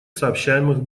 сообщаемых